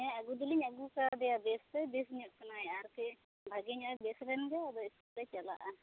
ᱦᱮᱸ ᱟᱹᱜᱩ ᱫᱚᱞᱤᱧ ᱟᱹᱜᱩᱠᱟᱣ ᱫᱮᱭᱟ ᱵᱮᱥ ᱫᱚᱭ ᱵᱚᱥ ᱧᱚᱜ ᱟᱠᱟᱱᱟᱭ ᱟᱨ ᱠᱟᱹᱡ ᱵᱷᱟᱹᱜᱮ ᱧᱚᱜ ᱮ ᱵᱮᱥ ᱞᱮᱱ ᱜᱮ ᱟᱫᱚ ᱥᱠᱩᱞ ᱮ ᱪᱟᱞᱟᱜᱼᱟ